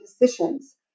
decisions